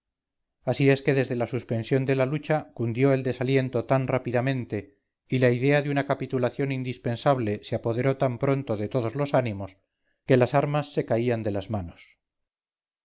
así es que desde la suspensión de la lucha cundió el desaliento tan rápidamente y la idea de una capitulación indispensable se apoderó tan pronto de todos los ánimos que las armas se caían de las manos